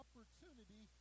opportunity